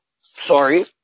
sorry